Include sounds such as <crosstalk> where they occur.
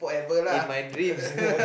in my dreams <laughs>